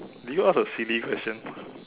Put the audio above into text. did you ask a silly question